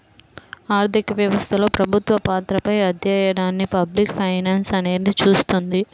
ఆర్థిక వ్యవస్థలో ప్రభుత్వ పాత్రపై అధ్యయనాన్ని పబ్లిక్ ఫైనాన్స్ అనేది చూస్తుంది